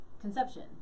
conception